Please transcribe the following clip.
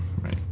Right